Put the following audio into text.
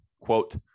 quote